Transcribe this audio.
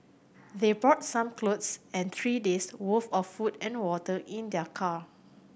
they brought some clothes and three days' worth of food and water in their car